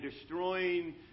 destroying